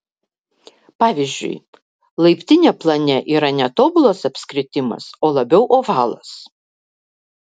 pavyzdžiui laiptinė plane yra ne tobulas apskritimas o labiau ovalas